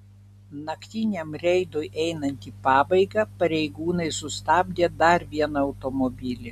naktiniam reidui einant į pabaigą pareigūnai sustabdė dar vieną automobilį